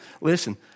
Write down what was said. Listen